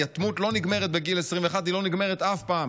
יתמות לא נגמרת בגיל 21. היא לא נגמרת אף פעם.